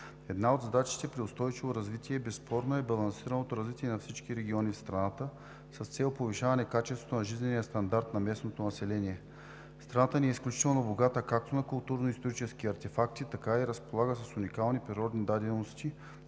Една от задачите при устойчиво развитие безспорно е балансираното развитие на всички региони в страната с цел повишаване качеството на жизнения стандарт на местното население. Страната ни е изключително богата както на културно исторически артефакти, така и разполага с уникални природни дадености,